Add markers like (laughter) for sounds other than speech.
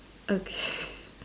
okay (breath)